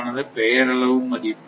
ஆனது பெயரளவு மதிப்பு